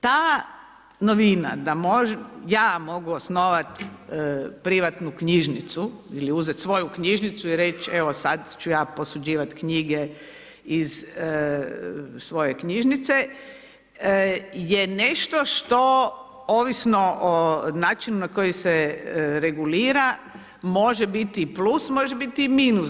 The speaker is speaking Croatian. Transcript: Ta novina da ja mogu osnovat privatnu knjižnicu ili uzet svoju knjižnicu i reć evo sad ću ja posuđivat knjige iz svoje knjižnice je nešto što, ovisno o načinu na koji se regulira, može biti i plus, a može biti i minus.